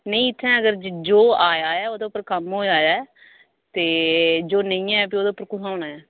नेई इत्थै अगर जो आया ऐ ओह्दे पर कम्म होआ ऐ ते जो नेईं ऐ औदे पर कुत्थुआं होना ऐ